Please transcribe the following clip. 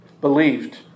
believed